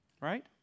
Right